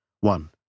One